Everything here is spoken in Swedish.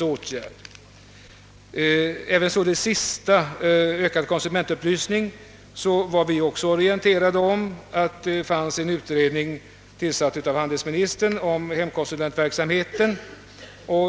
När det gäller det sista avsnittet — en ökad konsumentupplysning — var vi också orienterade om att det fanns en utredning, tillsatt av handelsministern, om hemkonsulentverksamheten.